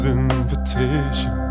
invitation